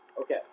Okay